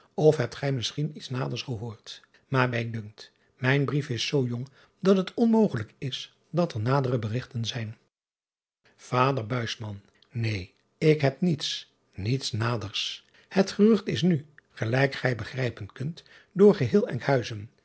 f hebt gij misschien iets naders gehoord maar mij dunkt mijn brief is zoo jong dat het onmogelijk is dat er nadere berigten zijn ader een ik heb niets niets naders et gerucht is nu gelijk gij begrijpen kunt door geheel nkhuizen